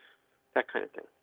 that kind of thing,